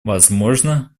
возможно